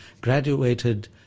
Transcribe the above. graduated